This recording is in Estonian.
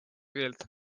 keelt